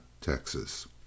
Texas